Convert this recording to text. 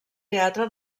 teatre